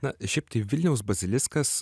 na šiaip tai vilniaus basiliskas